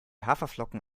haferflocken